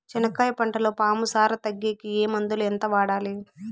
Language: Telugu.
చెనక్కాయ పంటలో పాము సార తగ్గేకి ఏ మందులు? ఎంత వాడాలి?